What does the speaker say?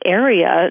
area